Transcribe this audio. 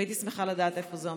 והייתי שמחה לדעת איפה זה עומד.